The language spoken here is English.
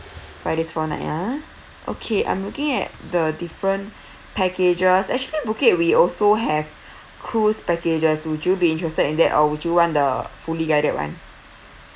five days four night ah okay I'm looking at the different packages actually phuket we also have cruise packages would you be interested in that or would you want the fully guided